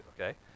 okay